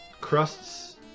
crusts